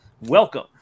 welcome